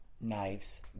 knives